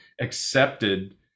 accepted